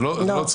זה לא צחוק.